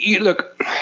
look